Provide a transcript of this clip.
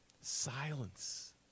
silence